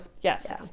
yes